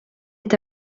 est